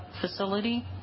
facility